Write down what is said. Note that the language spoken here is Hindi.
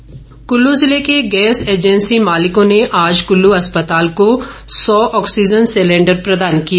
ऑक्सीजन सिलें डर कुल्लू जिले के गैस एजेंसी मालिकों ने आज कुल्लू अस्पताल को सौ ऑक्सीजन सिलेंडर प्रदान किए